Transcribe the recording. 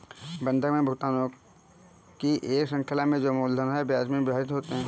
बंधक में भुगतानों की एक श्रृंखला में जो मूलधन और ब्याज में विभाजित होते है